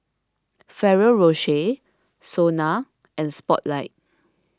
Ferrero Rocher Sona and Spotlight